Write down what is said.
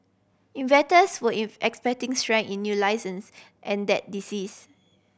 were if expecting strength in new licences and that disease